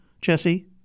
Jesse